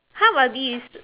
how about this